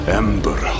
ember